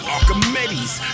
Archimedes